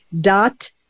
dot